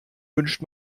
wünscht